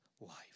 life